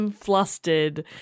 flustered